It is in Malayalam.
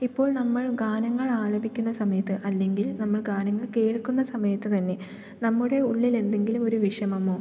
ഇപ്പോൾ നമ്മൾ ഗാനങ്ങൾ ആലപിക്കുന്ന സമയത്ത് അല്ലെങ്കിൽ നമ്മൾ ഗാനങ്ങൾ കേൾക്കുന്ന സമയത്ത് തന്നെ നമ്മുടെ ഉള്ളിലെന്തെങ്കിലും ഒരു വിഷമമോ